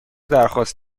درخواست